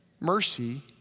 Mercy